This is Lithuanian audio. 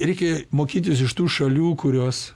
reikia mokintis iš tų šalių kurios